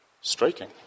Striking